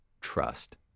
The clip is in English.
trust